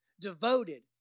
devoted